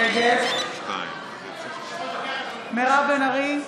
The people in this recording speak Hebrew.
נגד מירב בן ארי,